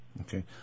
Okay